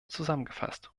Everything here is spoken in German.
zusammengefasst